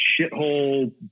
shithole